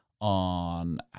on